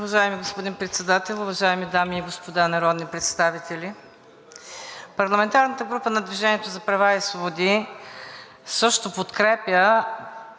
Уважаеми господин Председател, уважаеми дами и господа народни представители! Парламентарната група „Движение за права и свободи“ също подкрепя